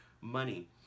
money